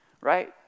right